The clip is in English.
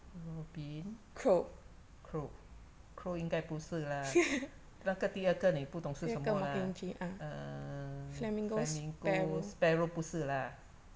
robin crow crow 应该不是啦那个第二个你不懂是什么啦 uh flamingo sparrow 不是啦